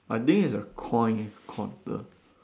I think it's a coin quarter